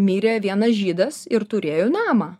mirė vienas žydas ir turėjo namą